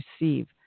receive